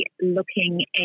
looking